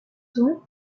sons